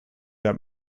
that